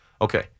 Okay